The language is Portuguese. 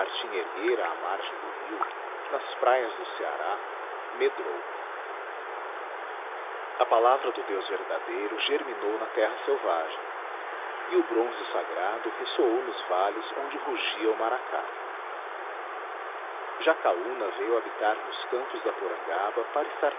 erguera à margem do rio nas praias do ceará medrou a palavra do deus verdadeiro germinou na terra selvagem e o bronze sagrado ressoou nos vales onde rugia o maracá jacaúna veio habitar nos campos da porangaba para estar